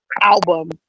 album